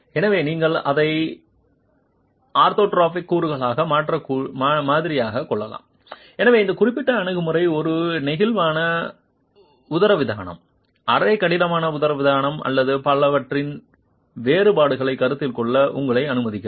எனவே நீங்கள் அதை ஆர்த்தோட்ரோபிக் கூறுகளாக மாதிரியாகக் கொள்ளலாம் எனவே இந்த குறிப்பிட்ட அணுகுமுறை ஒரு நெகிழ்வான உதரவிதானம் அரை கடினமான உதரவிதானம் மற்றும் பலவற்றின் வேறுபாடுகளைக் கருத்தில் கொள்ள உங்களை அனுமதிக்கிறது